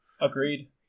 Agreed